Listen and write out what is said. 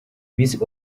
miss